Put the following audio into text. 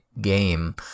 game